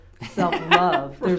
Self-love